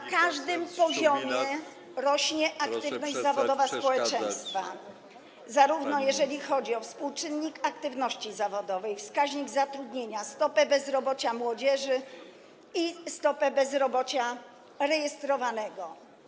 Na każdym poziomie rośnie aktywność zawodowa społeczeństwa, zarówno jeżeli chodzi o współczynnik aktywności zawodowej, wskaźnik zatrudnienia, stopę bezrobocia młodzieży, jak i stopę bezrobocia rejestrowanego.